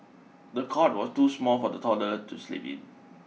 the cot was too small for the toddler to sleep in